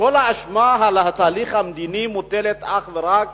שכל האשמה לגבי התהליך המדיני מוטלת אך ורק